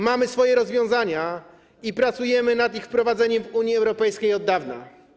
Mamy swoje rozwiązania i pracujemy nad ich wprowadzeniem w Unii Europejskiej od dawna.